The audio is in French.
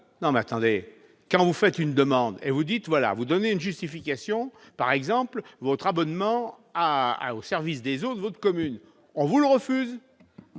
non mais attendez, quand vous faites une demande et vous dites voilà vous donner une justification par exemple votre abonnement à la au service des autres communes, on vous le refuse,